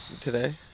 today